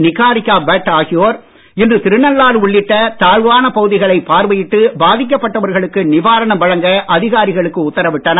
நிகாரிகா பட் ஆகியோர் இன்று திருநள்ளாறு உள்ளிட்ட தாழ்வான பகுதிளைப் பார்வையிட்டு பாதிக்கப் பட்டவர்களுக்கு நிவாரணம் வழங்க அதிகாரிகளுக்கு உத்தரவிட்டனர்